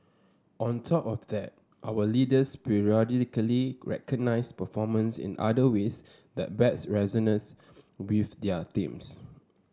on top of that our leaders periodically recognise performance in other ways that best resonates with their teams